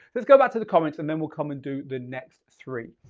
let's go back to the comments and then we'll come and do the next three.